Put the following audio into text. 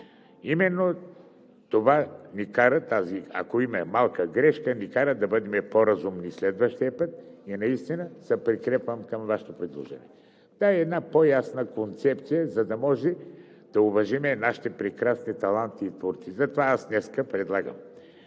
Именно това ни кара, ако има и малка грешка, да бъдем по-разумни следващия път и се прикрепвам към Вашето предложение – трябва една по-ясна концепция, за да може да уважим нашите прекрасни таланти и творци. Затова днес предлагам